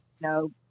no